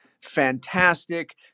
fantastic